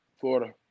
Florida